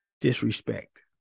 Disrespect